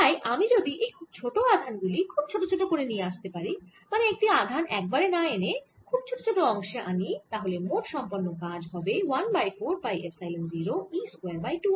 তাই আমি যদি এই খুব ছোট আধান গুলি খুব ছোট ছোট করে নিয়ে আসতে পারি মানে একটি আধান একবারে না এনে খুব ছোট ছোট অংশে আনি তাহলে মোট সম্পন্ন কাজ হবে 1 by 4 pi epsilon 0 e square by 2 r